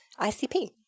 ICP